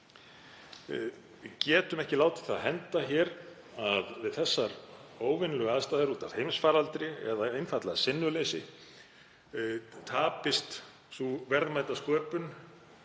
Við getum ekki látið það henda að við þessar óvenjulegu aðstæður út af heimsfaraldri eða einfaldlega sinnuleysi tapist sú verðmætasköpun